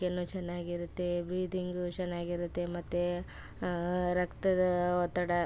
ಆರೋಗ್ಯನೂ ಚೆನ್ನಾಗಿರುತ್ತೆ ಬ್ರೀದಿಂಗೂ ಚೆನ್ನಾಗಿರುತ್ತೆ ಮತ್ತು ರಕ್ತದ ಒತ್ತಡ